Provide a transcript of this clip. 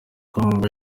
congo